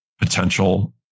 potential